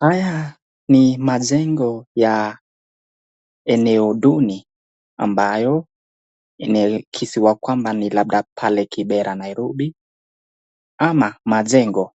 Haya ni majengo ya eneo duni ambayo imekiziwa ni labda pale Kibera, Nairobi ama ni majengo.